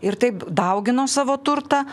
ir taip daugino savo turtą